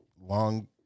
long